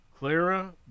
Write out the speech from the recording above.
Clara